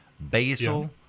basil